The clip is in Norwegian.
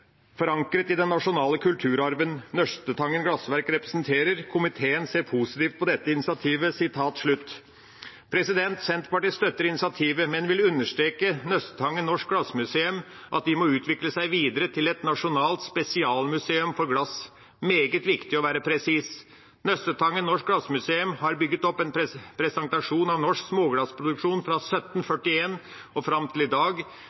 forankret i den nasjonale kulturarven Nøstetangen Glasværk representerer. Komiteen ser positivt på dette initiativet.» Senterpartiet støtter initiativet, men vil understreke at Nøstetangen norsk glassmuseum må utvikle seg videre til et nasjonalt spesialmuseum for glass – meget viktig å være presis. Nøstetangen norsk glassmuseum har bygget opp en presentasjon av norsk småglassproduksjon fra 1741 fram til i dag.